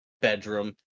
Bedroom